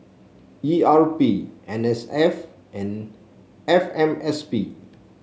E R P N S F and F M S P